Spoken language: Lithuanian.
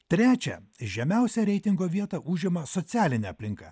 trečią žemiausią reitingo vietą užima socialinė aplinka